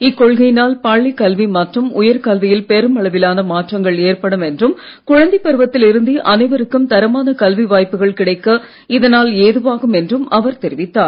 இக்கொள்கையினால் பள்ளிக் கல்வி மற்றும் உயர்கல்வியில் பெருமளவிலான மாற்றங்கள் ஏற்படும் என்றும் குழந்தைப் பருவத்தில் இருந்தே அனைவருக்கும் தரமான கல்வி வாய்ப்புகள் கிடைக்க இதனால் ஏதுவாகும் என்றும் அவர் தெரிவித்தார்